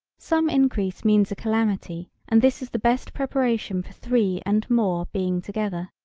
some increase means a calamity and this is the best preparation for three and more being together.